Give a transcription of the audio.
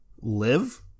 live